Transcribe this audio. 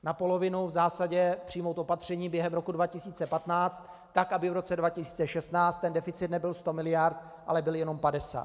Na polovinu, v zásadě přijmout opatření během roku 2015 tak, aby v roce 2016 deficit nebyl 100 mld., ale byl jenom 50 mld.